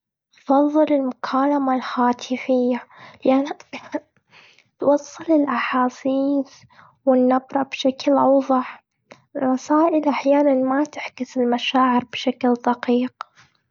أفضل المكالمة الهاتفية، لإنها توصل الأحاسيس والنبرة بشكل أوضح. الرسائل أحياناً ما تعكس المشاعر بشكل دقيق.